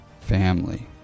family